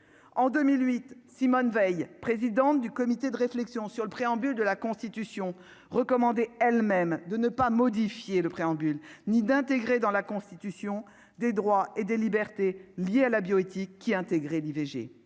en 2008, Simone Veil, présidente du comité de réflexion sur le préambule de la Constitution recommandé elles-mêmes de ne pas modifier le préambule ni d'intégrer dans la constitution des droits et des libertés, liés à la bioéthique qui intégré d'IVG,